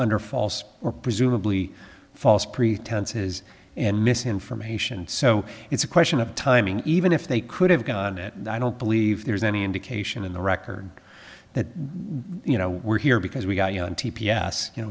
under false or presumably false pretenses and misinformation so it's a question of timing even if they could have done it and i don't believe there's any indication in the record that you know we're here because we got you know in t p s you know